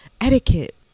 etiquette